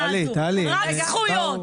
רק זכויות.